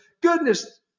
goodness